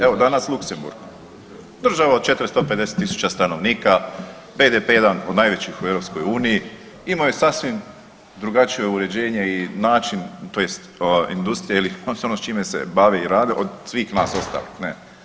Evo danas Luksemburg, država od 450.000 stanovnika, BDP jedan od najvećih u EU imao je sasvim drugačije uređenje i način tj. industrija ili ono s čime bave i rade od svih nas ostalih, ne.